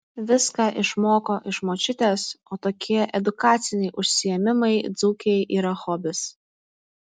viską išmoko iš močiutės o tokie edukaciniai užsiėmimai dzūkei yra hobis